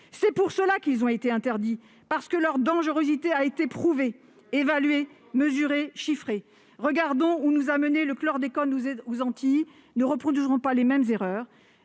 C'est pour cela que ces produits ont été interdits ! Leur dangerosité a été prouvée, évaluée, mesurée, chiffrée. Regardons où nous a menés le chlordécone aux Antilles. Ne reproduisons pas les mêmes erreurs